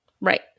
Right